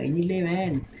million eight